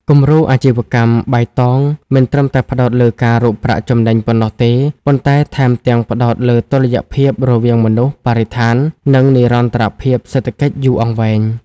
គំរូអាជីវកម្មបៃតងមិនត្រឹមតែផ្ដោតលើការរកប្រាក់ចំណេញប៉ុណ្ណោះទេ ប៉ុន្តែថែមទាំងផ្ដោតលើតុល្យភាពរវាងមនុស្ស បរិស្ថាន និងនិរន្តរភាពសេដ្ឋកិច្ចយូរអង្វែង។